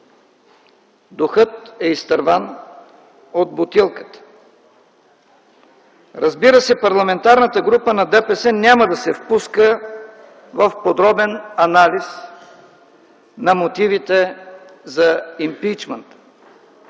духът е изтърван от бутилката. Разбира се, Парламентарната група на ДПС няма да се впуска в подробен анализ на мотивите за импийчмънта.